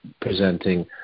presenting